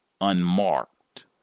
unmarked